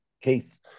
Keith